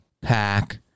pack